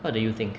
what do you think